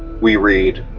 we read